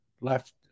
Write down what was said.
left